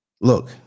look